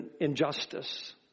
injustice